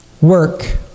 work